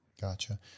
Gotcha